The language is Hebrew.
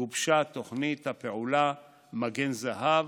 גובשה תוכנית הפעולה "מגן זהב".